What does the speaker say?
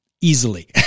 easily